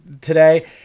today